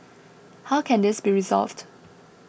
how can this be resolved